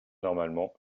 normalement